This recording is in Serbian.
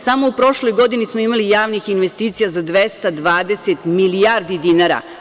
Samo u prošloj godini smo imali javnih investicija za 220 milijardi dinara.